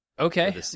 Okay